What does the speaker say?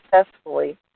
successfully